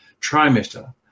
trimester